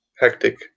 hectic